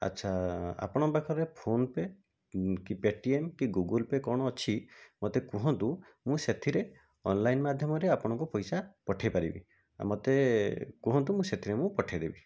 ଆଚ୍ଛା ଆପଣଙ୍କ ପାଖରେ ଫୋନ୍ପେ' କି ପେଟିଏମ୍ କି ଗୁଗୁଲ୍ପେ' କ'ଣ ଅଛି ମୋତେ କୁହନ୍ତୁ ମୁଁ ସେଥିରେ ଅନଲାଇନ୍ ମାଧ୍ୟମରେ ଆପଣଙ୍କୁ ପଇସା ପଠେଇ ପାରିବି ଆଉ ମୋତେ କୁହନ୍ତୁ ମୁଁ ସେଥିରେ ମୁଁ ପଠେଇ ଦେବି